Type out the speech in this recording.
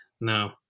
no